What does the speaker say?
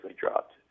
dropped